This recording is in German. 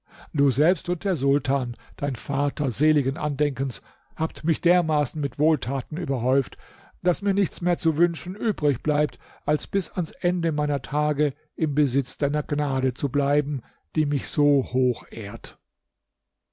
du selbst und der sultan dein vater seligen andenkens habt mich dermaßen mit wohltaten überhäuft daß mir nichts mehr zu wünschen übrig bleibt als bis ans ende meiner tage im besitz deiner gnade zu bleiben die mich so hoch ehrt